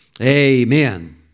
Amen